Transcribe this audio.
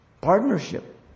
Partnership